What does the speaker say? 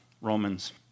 Romans